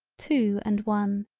two and one,